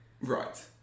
Right